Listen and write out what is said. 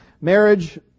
Marriage